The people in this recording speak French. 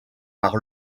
par